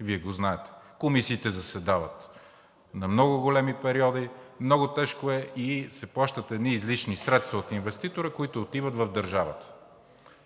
Вие го знаете. Комисиите заседават на много големи периоди. Много тежко е и се плащат едни излишни средства от инвеститора, които отиват в държавата.